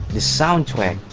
the soundtrack.